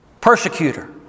persecutor